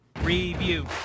Review